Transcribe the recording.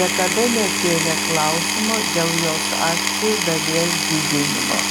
niekada nekėlė klausimo dėl jos akcijų dalies didinimo